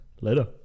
Later